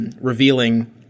revealing